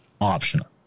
optional